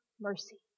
mercy